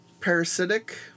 Parasitic